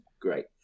Great